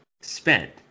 spent